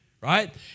right